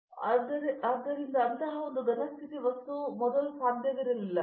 ವಿಶ್ವನಾಥನ್ ಆದ್ದರಿಂದ ಅಂತಹ ಒಂದು ಘನ ಸ್ಥಿತಿ ವಸ್ತುವು ಸಾಧ್ಯವಿಲ್ಲ